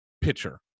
pitcher